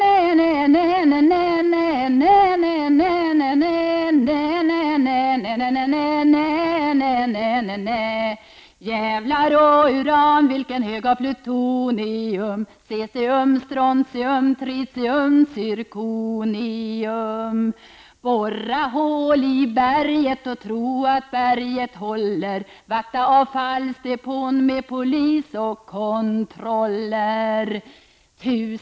Djävlar och uran vilken hög av plutonium Borra hål i berget och tro att berget håller vakta avfallsdepån med polis och kontroller.